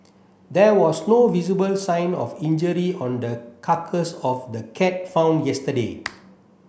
there was no visible sign of injury on the carcass of the cat found yesterday